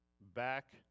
back